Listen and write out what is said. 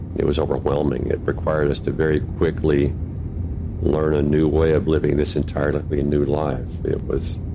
it was overwhelming. it required us to very quickly learn a new way of living this entirely and new life it was,